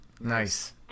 Nice